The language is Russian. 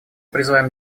призываем